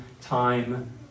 time